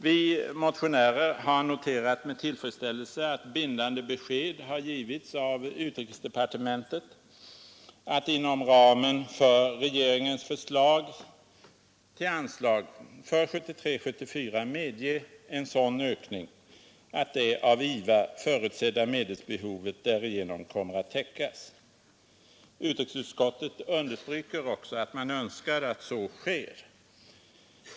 Vi motionärer har noterat med tillfredsställelse att bindande besked har givits av utrikesdepartementet att inom ramen för regeringens förslag till anslag för 1973/74 medge en sådan ökning att det av IVA förutsedda medelsbehovet därigenom kommer att täckas. Utrikesutskottet understryker också att man önskar att så sker.